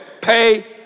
pay